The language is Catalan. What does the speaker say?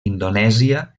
indonèsia